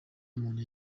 umuntu